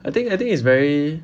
I think I think it's very